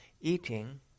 eating